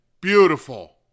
Beautiful